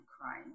crying